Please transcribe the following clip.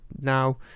now